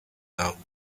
down